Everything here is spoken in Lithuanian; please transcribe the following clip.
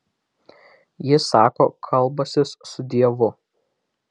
jis sako kalbąsis su dievu